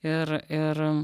ir ir